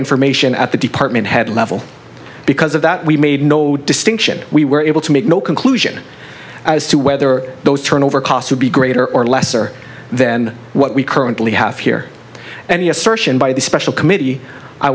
information at the department head level because of that we made no distinction we were able to make no conclusion as to whether those turnover costs would be greater or lesser than what we currently have here and you assertion by the special committee i